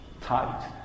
tight